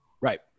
Right